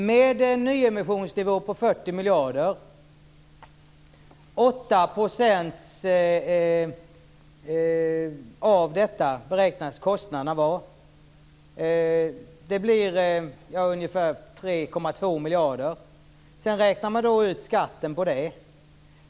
Herr talman! Med en nyemissionsnivå på 40 miljarder beräknas kostnaderna vara 8 %. Det blir ungefär 3,2 miljarder. Sedan räknar man ut skatten på det.